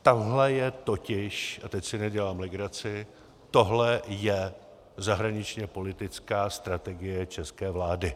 Tohle je totiž, a teď si nedělám legraci, tohle je zahraničněpolitická strategie české vlády.